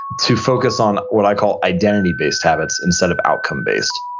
to focus on what i call identity based habits instead of outcome based.